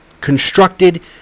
constructed